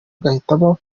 agahitamo